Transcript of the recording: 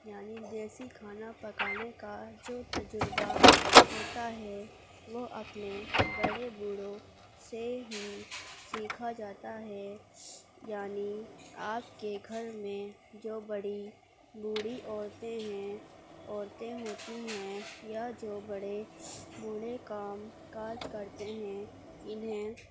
یعنی دیسی کھانا پکانے کا جو تجربہ ہوتا ہے وہ اپنے بڑے بوڑھوں سے ہی سیکھا جاتا ہے یعنی آپ کے گھر میں جو بڑی بوڑھی عورتیں ہیں عورتیں ہوتی ہیں یا جو بڑے بوڑھے کام کاج کرتے ہیں انہیں